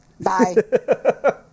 Bye